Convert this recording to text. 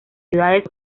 ciudades